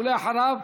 ואחריו,